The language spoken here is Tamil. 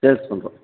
சேஸ்ஸ் பண்ணுறோம்